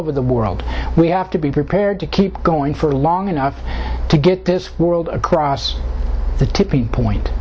over the world we have to be prepared to keep going for long enough to get this world across the